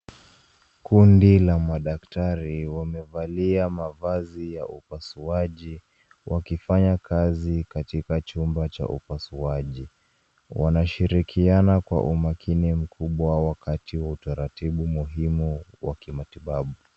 Kundi la madaktari wamevalia mavazi ya upasuaji wakifanya kazi katika chumba cha upasuaji. Wanashirikiana kwa umakini mkubwa wakati wa utaratibu muhimu wa kimatibabu.